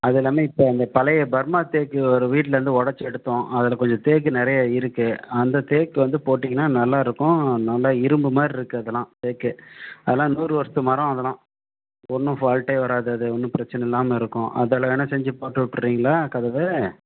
அது இல்லாமல் இப்போ அந்த பழைய பர்மா தேக்கு ஒரு வீட்டில் இருந்து உடச்சி எடுத்தோம் அதில் கொஞ்சம் தேக்கு நிறைய இருக்கு அந்த தேக்கு வந்து போட்டீங்கன்னா நல்லா இருக்கும் நல்லா இரும்பு மாதிரி இருக்கு அதெல்லாம் தேக்கு அதெல்லாம் நூறு வருஷத்து மரம் அதெல்லாம் ஒன்றும் ஃபால்ட்டே வராது அது ஒன்றும் பிரச்சனை இல்லாமல் இருக்கும் அதில் வேணா செஞ்சு போட்டுவிட்டுறீங்களா கதவு